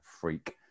freak